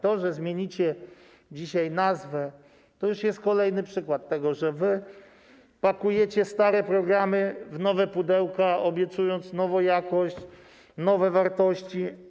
To, że zmieniacie dzisiaj nazwę, jest kolejnym przykładem tego, że pakujecie stare programy w nowe pudełka, obiecując nową jakość, nowe wartości.